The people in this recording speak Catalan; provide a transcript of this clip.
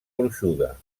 gruixuda